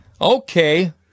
Okay